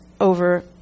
over